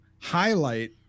highlight